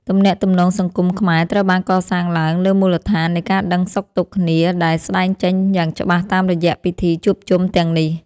ទំនាក់ទំនងសង្គមខ្មែរត្រូវបានកសាងឡើងលើមូលដ្ឋាននៃការដឹងសុខទុក្ខគ្នាដែលស្តែងចេញយ៉ាងច្បាស់តាមរយៈពិធីជួបជុំទាំងនេះ។